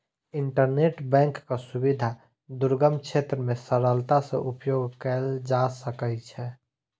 internet बैंकक सुविधा दुर्गम क्षेत्र मे सरलता सॅ उपयोग कयल जा सकै छै